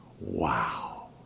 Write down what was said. Wow